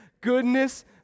goodness